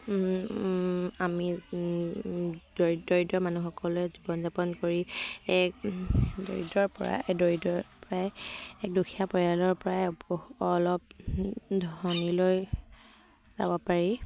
আমি দৰিদ্ৰ মানুহসকলে জীৱন যাপন কৰি এক দৰিদ্ৰৰপৰা দৰিদ্ৰৰপৰাই এক দুখীয়া পৰিয়ালৰপৰাই অলপ ধনীলৈ যাব পাৰি